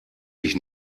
mich